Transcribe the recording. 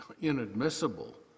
inadmissible